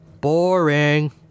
Boring